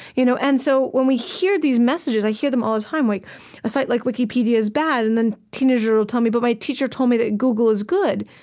you know and so when we hear these messages i hear them all the time, like a site like wikipedia is bad. and then a teenager will tell me, but my teacher told me that google is good.